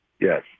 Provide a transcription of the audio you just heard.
Yes